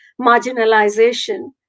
marginalization